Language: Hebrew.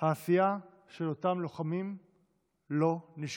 העשייה של אותם לוחמים לא נשכחה.